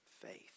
faith